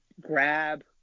grab